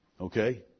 Okay